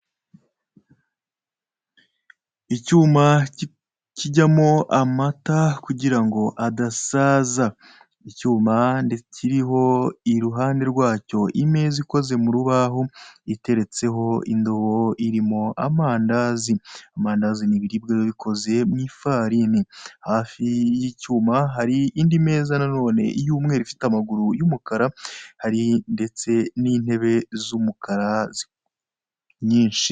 Icyuma cyijyamo amata kugira ngo adasaza, icyuma cyiriho i ruhande rwacyo imeza ikoze mu rubaho iteretseho indobo irimo amandazi. Amandazi ni ibiribwa biba bikoze mu ifarini, hafi y'icyuma hari indi meza nanone y'umweru ifite amaguru y'umukara hari ndetse n'intebe z'umukara nyinshi.